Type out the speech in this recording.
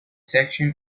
section